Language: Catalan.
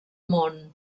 món